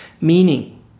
Meaning